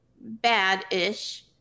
bad-ish